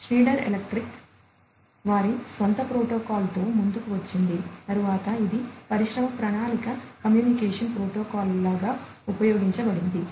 Schneider Electric వారి స్వంత ప్రోటోకాల్తో ముందుకు వచ్చింది తరువాత ఇది పరిశ్రమ ప్రామాణిక కమ్యూనికేషన్ ప్రోటోకాల్ లాగా ఉపయోగించబడింది